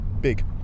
Big